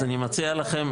אז אני מציע לכם,